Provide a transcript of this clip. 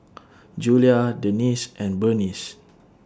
Julia Denese and Burnice